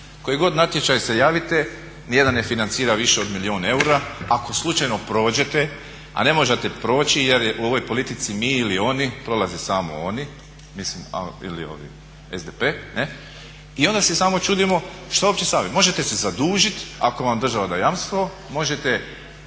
koji god natječaj se javite nije jedan ne financira više od milijuna eura, ako slučajno prođete a ne možete proći jer u ovoj politici mi ili oni prolaze samo oni, ili SDP i onda se samo čudimo što opće …/Govornik se ne razumije./… možete se zadužit ako vam država da jamstvo, možete